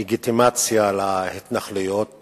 לגיטימציה להתנחלויות